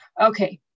Okay